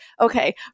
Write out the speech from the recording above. okay